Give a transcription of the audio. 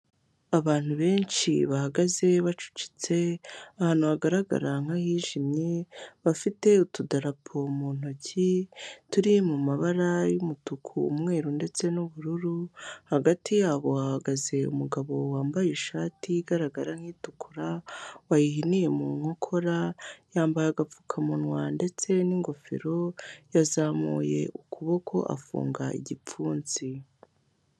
Abantu benshi bahagaze bacecetse, ahantu hagaragara nka'hijimye, bafite utudarapo mu ntoki turi mu mabara y'umutuku, umweru ndetse n'ubururu, hagati yabo hahagaze umugabo wambaye ishati igaragara nk'itukura, yayihiniye mu nkokora, yambaye agapfukamunwa ndetse n'ingofero, yazamuye ukuboko afunga igipfunsi.